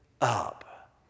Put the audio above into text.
up